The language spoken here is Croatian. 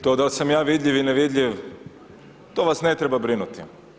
To da sam ja vidljiv ili nevidljiv to vas ne treba brinuti.